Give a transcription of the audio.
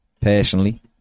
personally